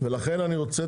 ולכן אני רוצה,